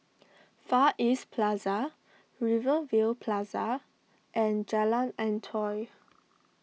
Far East Plaza Rivervale Plaza and Jalan Antoi